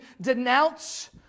denounce